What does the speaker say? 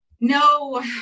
No